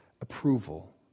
approval